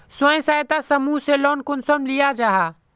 स्वयं सहायता समूह से लोन कुंसम लिया जाहा?